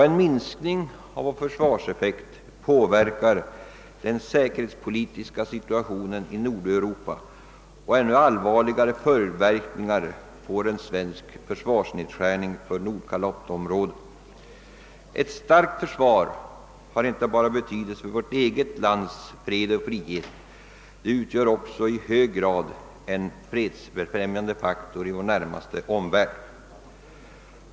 En minskning av vår försvarseffekt påverkar den säkerhetspolitiska situationen i Nordeuropa, och ännu allvarligare följdverkningar får en svensk försvarsnedskärning för Nordkalott-området. Ett starkt försvar har betydelse inte bara för vårt eget lands fred och frihet; det utgör också i hög grad en fredsfrämjande faktor i vår närmaste omvärld.